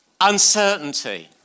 uncertainty